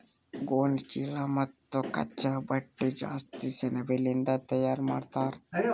ಗೋಣಿಚೀಲಾ ಮತ್ತ್ ಕಚ್ಚಾ ಬಟ್ಟಿ ಜಾಸ್ತಿ ಸೆಣಬಲಿಂದ್ ತಯಾರ್ ಮಾಡ್ತರ್